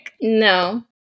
No